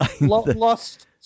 lost